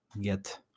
get